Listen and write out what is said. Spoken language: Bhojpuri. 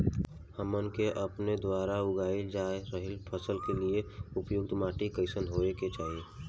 हमन के आपके द्वारा उगाई जा रही फसल के लिए उपयुक्त माटी कईसन होय के चाहीं?